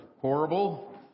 horrible